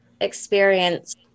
experience